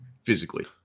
physically